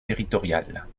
territoriales